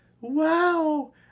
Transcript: wow